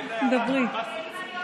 דברי.